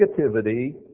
negativity